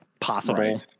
possible